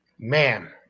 man